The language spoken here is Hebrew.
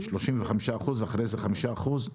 35 אחוזים ואחר כך 5 אחוזים.